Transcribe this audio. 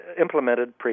implemented